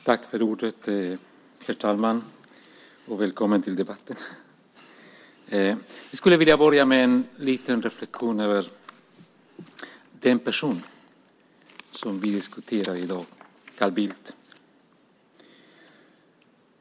Herr talman! Jag skulle vilja börja med en liten reflexion över den person som vi diskuterar i dag, Carl Bildt.